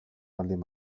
baldin